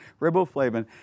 riboflavin